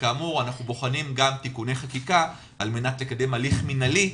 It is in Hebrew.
וכאמור אנחנו בוחנים גם תיקוני חקיקה על מנת לקדם הליך מנהלי,